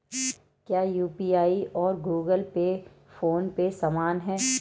क्या यू.पी.आई और Google Pay PhonePe समान हैं?